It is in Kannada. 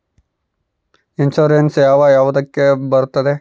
ಇನ್ಶೂರೆನ್ಸ್ ಯಾವ ಯಾವುದಕ್ಕ ಬರುತ್ತೆ?